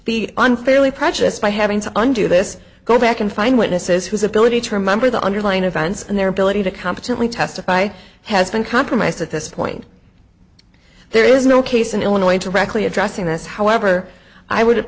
be unfairly prejudiced by having to undo this go back and find witnesses whose ability to remember the underlying events and their ability to competently testify has been compromised at this point there is no case in illinois directly addressing this however i would